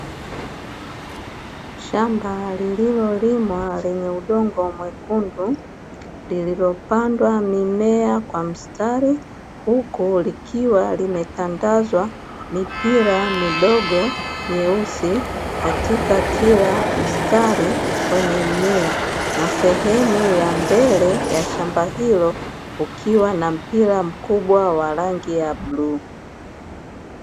Shamba liliolimwa lenye udongo mwekundu lililopandwa mimea kwa mstari huku likiwa limetandazwa mipira midogo myeusi, katika Kila mstari wenye mmea. Na sehemu ya mbele ya shamba hilo kukiwa na mpira mkubwa wa rangi ya bluu.